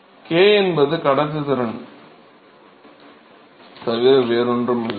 என்பது K வெப்பக் கடத்துத்திறன் தவிர வேறொன்றுமில்லை